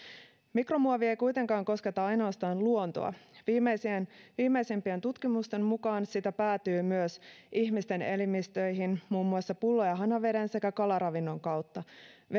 mikromuovi ei kuitenkaan kosketa ainoastaan luontoa viimeisimpien viimeisimpien tutkimusten mukaan sitä päätyy myös ihmisten elimistöihin muun muassa pullo ja ja hanaveden sekä kalaravinnon kautta